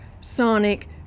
Sonic